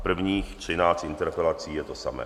Prvních třináct interpelací je to samé.